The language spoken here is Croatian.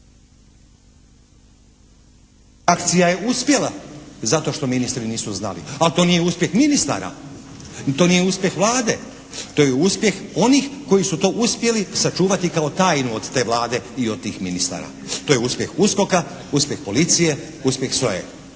akcija je uspjela zato što ministri nisu znali. Ali to nije uspjeh ministara. To nije uspjeh Vlade. To je uspjeh onih koji su to uspjeli sačuvati kao tajnu od te Vlade i od tih ministara. To je uspjeh USKOK-a, uspjeh policije, uspjeh SOA-e